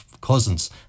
cousins